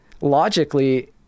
logically